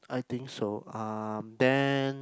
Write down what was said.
I think so um then